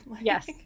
Yes